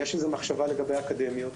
ויש איזו מחשבה לגבי האקדמיות,